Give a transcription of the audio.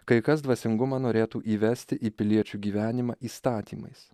kai kas dvasingumą norėtų įvesti į piliečių gyvenimą įstatymais